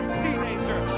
teenager